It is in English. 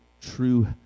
true